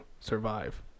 survive